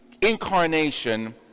incarnation